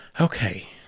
okay